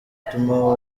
gutuma